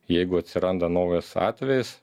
jeigu atsiranda naujas atvejis